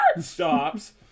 stops